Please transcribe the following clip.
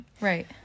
right